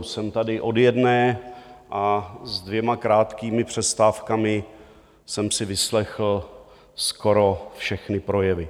Jsem tady od jedné a s dvěma krátkými přestávkami jsem si vyslechl skoro všechny projevy.